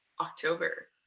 October